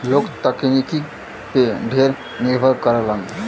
लोग तकनीकी पे ढेर निर्भर करलन